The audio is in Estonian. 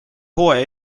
hooaja